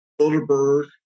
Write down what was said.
Bilderberg